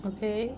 okay